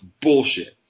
bullshit